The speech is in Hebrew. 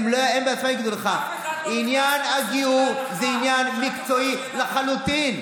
הם בעצמם יגידו לך שעניין הגיור זה עניין מקצועי לחלוטין.